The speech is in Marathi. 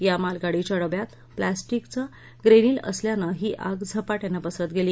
या मालगाडीच्या डब्यात प्लास्टिक चं ग्रेनील असल्यानं ही आग झपाट्यानं पसरत गेली